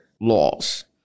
laws